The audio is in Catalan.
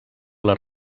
les